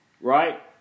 right